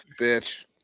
bitch